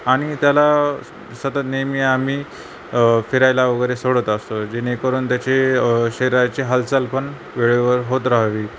आणि त्याला सतत नेहमी आम्ही फिरायला वगैरे सोडत असतो जेणेकरून त्याचे शरीराचे हालचालपण वेळेवर होत रहावी